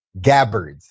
gabbards